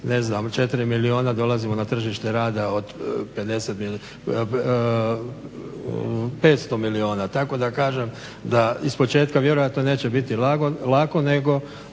ne znam 4 milijuna dolazimo na tržište rad od 500 milijuna. Tako da kažem da ispočetka vjerojatno neće biti lako, ali